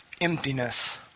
emptiness